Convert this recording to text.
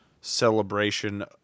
celebration